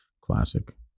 classic